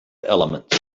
elements